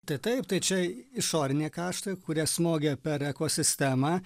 tai taip tai čia išoriniai kaštai kurie smogia per ekosistemą